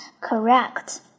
correct